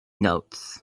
notes